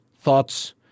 thoughts